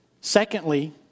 Secondly